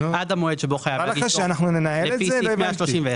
עד המועד שבו חייב להגיש דוח לפי סעיף 131,